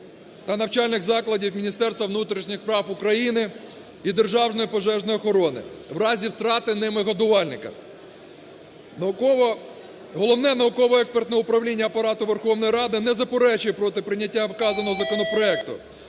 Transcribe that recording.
та навчальних закладів Міністерства внутрішніх справ України і Державної пожежної охорони в разі втрати ними годувальника. Головне науково-експертне управління Апарату Верховної Ради не заперечує проти прийняття вказаного законопроекту,